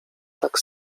tak